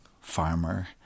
farmer